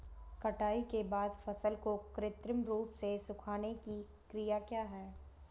कटाई के बाद फसल को कृत्रिम रूप से सुखाने की क्रिया क्या है?